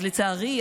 אבל לצערי,